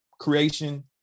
creation